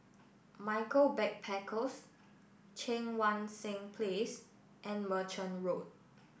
Michaels Backpackers Cheang Wan Seng Place and Merchant Road